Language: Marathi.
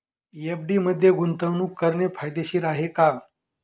एफ.डी मध्ये गुंतवणूक करणे फायदेशीर आहे का?